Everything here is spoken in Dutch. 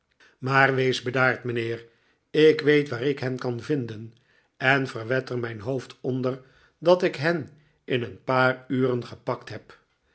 maar wees bedaard mijnheer ik weet waar ik hen kan vinden en verwed er mijn hoofd onder dat ik hen in een paar uren gepakt heb